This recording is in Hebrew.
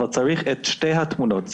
אבל צריך את שתי התמונות.